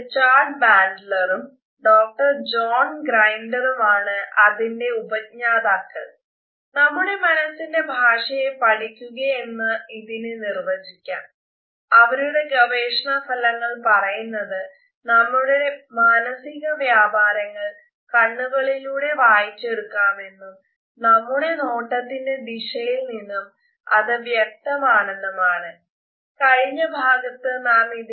Richard ബാൻഡ്ലെറും നോക്കാം